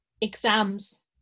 exams